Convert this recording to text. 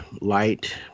light